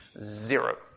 Zero